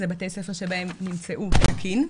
אלה בתי ספר שבהם נמצאו תקין,